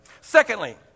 Secondly